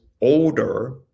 older